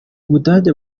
budage